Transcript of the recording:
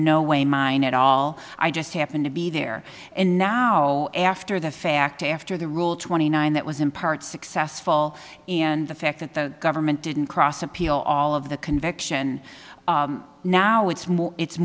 no way mine at all i just happened to be there and now after the fact after the rule twenty nine that was in part successful and the fact that the government didn't cross appeal all of the conviction now it's